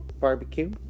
barbecue